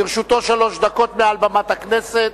לרשותו שלוש דקות מעל במת הכנסת.